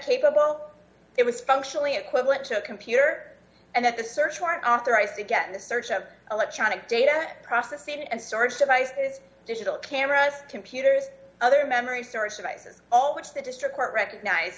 capable it was functionally equivalent to a computer and that the search warrant authorized to get a search of electronic data processing and storage devices digital cameras computers other memory storage devices all of which the district court recognize